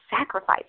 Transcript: sacrifice